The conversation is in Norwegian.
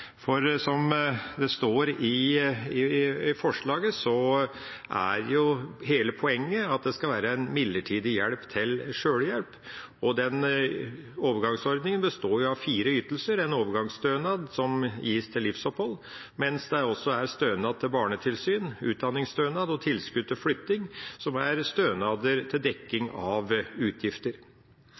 For, som det står i forslaget, er jo hele poenget at det skal være en midlertidig hjelp til sjølhjelp, og overgangsordninga består av fire ytelser – en overgangsstønad som gis til livsopphold, mens det også er stønad til barnetilsyn, utdanningsstønad og tilskudd til flytting, som er stønader til dekning av utgifter.